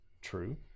true